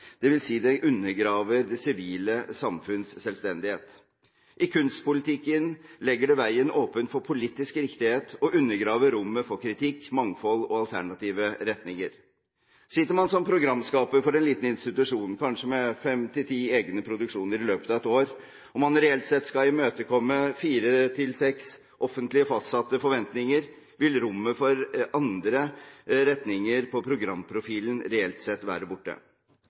at det undergraver det sivile samfunns selvstendighet. I kunstpolitikken legger det veien åpen for politisk riktighet og undergraver rommet for kritikk, mangfold og alternative retninger. Sitter man som programskaper for en liten institusjon, kanskje med fem til ti egne produksjoner i løpet av et år, og man reelt sett skal imøtekomme fire til seks offentlig fastsatte forventninger, vil rommet for andre retninger på programprofilen reelt sett være borte.